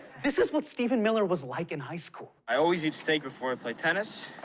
this is what stephen miller was like in high school. i always eat steak before i play tennis.